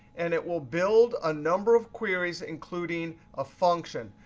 and it will build a number of queries, including a function.